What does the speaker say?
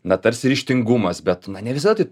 na tarsi ryžtingumas bet na ne visada taip